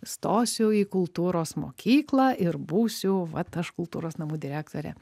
stosiu į kultūros mokyklą ir būsiu vat aš kultūros namų direktorė